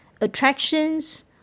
attractions